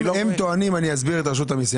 הם טוענים, אני אסביר את רשות המיסים.